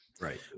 Right